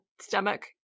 stomach